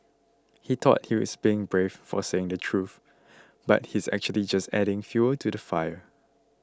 he thought he's brave for saying the truth but he's actually just adding fuel to the fire